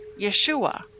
Yeshua